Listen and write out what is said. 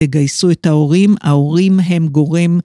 ‫יגייסו את ההורים, ההורים הם גורם.